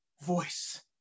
voice